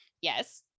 Yes